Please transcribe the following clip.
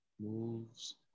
Moves